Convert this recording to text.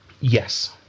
Yes